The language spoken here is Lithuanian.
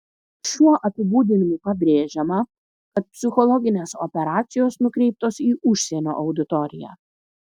šiuo apibūdinimu pabrėžiama kad psichologinės operacijos nukreiptos į užsienio auditoriją